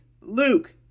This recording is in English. Luke